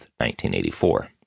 1984